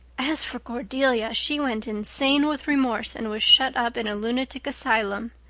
as for cordelia, she went insane with remorse and was shut up in a lunatic asylum.